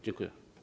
Dziękuję.